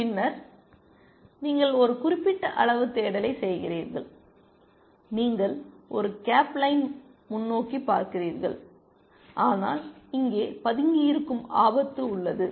பின்னர் நீங்கள் ஒரு குறிப்பிட்ட அளவு தேடலைச் செய்கிறீர்கள் நீங்கள் ஒரு கேப் லைன் முன்னோக்கிப் பார்க்கிறீர்கள் ஆனால் இங்கே பதுங்கியிருக்கும் ஆபத்து உள்ளது